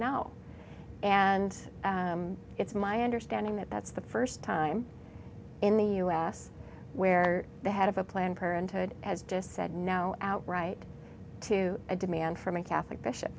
no and it's my understanding that that's the first time in the us where the head of a planned parenthood has just said no outright to a demand from a catholic bishop